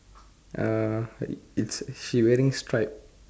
uh is she wearing stripe